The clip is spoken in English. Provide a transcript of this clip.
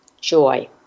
joy